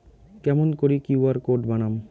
কেমন করি QR code বানাম?